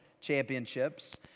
championships